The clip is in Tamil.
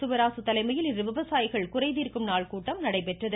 சிவராசு தலைமையில் இன்று விவசாயிகள் குறைதீர்க்கும் நாள் கூட்டம் நடைபெற்றது